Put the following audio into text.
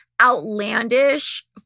outlandish